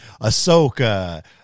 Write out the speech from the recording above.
Ahsoka